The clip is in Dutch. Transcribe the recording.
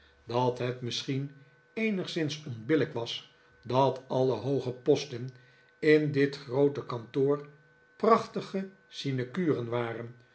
dat het misschien eenigszins onbillijk was dat alle hooge posten in dit groote kantoor prachtige sinecuren waren